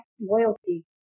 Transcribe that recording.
loyalty